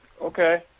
Okay